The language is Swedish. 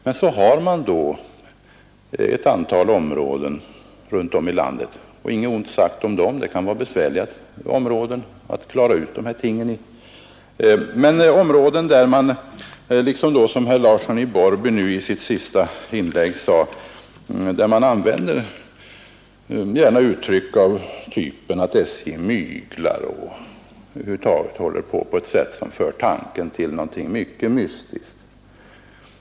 Men så finns det ett antal områden runt om i landet — och inget ont sagt om dem, ty det kan vara besvärligt att klara ut dessa ting — där man som herr Larsson i Borrby sade i sitt senaste inlägg gärna använder uttryck av typen att SJ myglar och över huvud taget går till väga på ett sätt som för tanken till någonting mycket mystiskt.